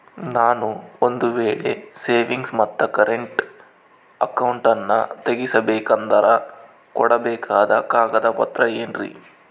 ನಾನು ಒಂದು ವೇಳೆ ಸೇವಿಂಗ್ಸ್ ಮತ್ತ ಕರೆಂಟ್ ಅಕೌಂಟನ್ನ ತೆಗಿಸಬೇಕಂದರ ಕೊಡಬೇಕಾದ ಕಾಗದ ಪತ್ರ ಏನ್ರಿ?